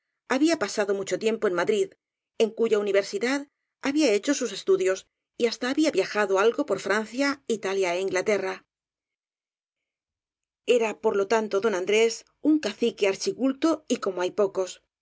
había pasado mucho tiempo en madrid en cuya universidad había hecho sus estudios y hasta había viajado algo por francia italia é in glaterra era por lo tanto don andrés un cacique archiculto y como hay pocos